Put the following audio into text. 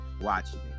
watching